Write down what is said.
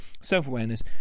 self-awareness